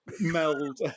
meld